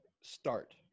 start